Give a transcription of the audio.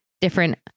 different